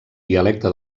dialecte